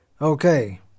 Okay